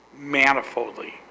Manifoldly